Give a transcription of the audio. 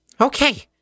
Okay